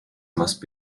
must